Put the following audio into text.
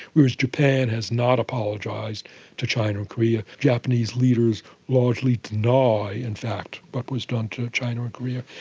whereas japan has not apologised to china and korea. japanese leaders largely deny in fact what was done to china and korea.